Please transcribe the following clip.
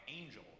angel